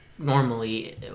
Normally